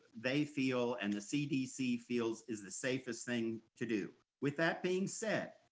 they feel and the cdc feels is the safest thing to do. with that being said,